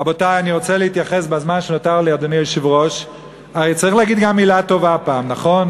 רבותי, הרי צריך להגיד גם מילה טובה פעם, נכון?